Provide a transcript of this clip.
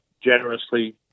generously